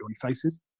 faces